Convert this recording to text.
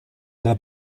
las